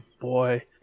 boy